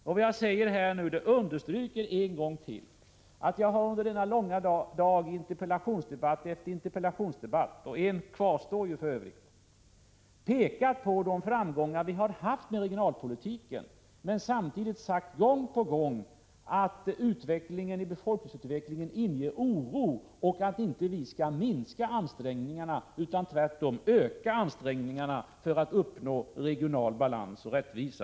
Det jag nu säger understryker en gång till att jag under en lång dag i interpellationsdebatt efter interpellationsdebatt — en kvarstår ju för övrigt — har pekat på de framgångar vi har haft med regionalpolitiken. Samtidigt har jag gång på gång sagt att befolkningsutvecklingen inger oro och att vi inte skall minska ansträngningarna utan tvärtom öka dem för att uppnå regional balans och rättvisa.